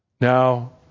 Now